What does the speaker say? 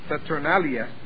Saturnalia